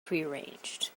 prearranged